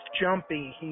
jumpy